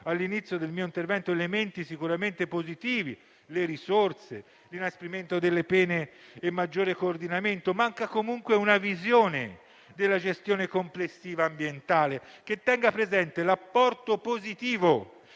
all'inizio del mio intervento - elementi sicuramente positivi (le risorse, l'inasprimento delle pene e un maggiore coordinamento), manca comunque una visione della gestione complessiva ambientale, che tenga presente l'apporto positivo